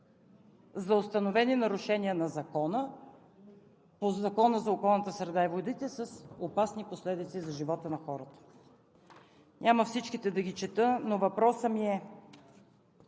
за установени нарушения по Закона за околната среда и водите с опасни последици за живота на хората. Няма да чета всичките, но въпросът ми е: